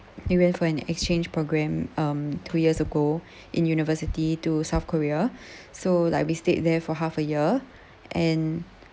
we went for an exchange programme um two years ago in university to south korea so like we stayed there for half a year and